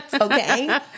okay